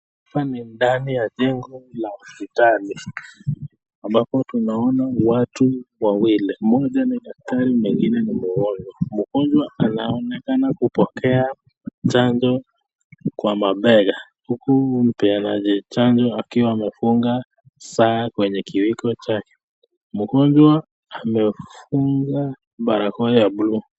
Hapa ni ndani ya jengo la hospitali ambapo tunaona watu wawili, mmoja ni daktari mwengine ni mgonjwa. Mgonjwa anaonekana kupokea chanjo kwa mabega, huku mpeanaji chanjo akiwa amefunga saa kwenye kiwiko chake. Mgonjwa amefunga barakoa ya buluu.